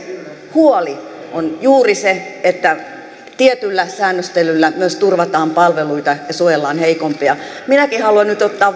huoli on juuri se että tietyllä säännöstelyllä myös turvataan palveluita ja suojellaan heikompia minäkin haluan nyt ottaa